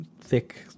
thick